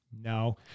No